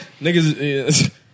niggas